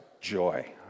Joy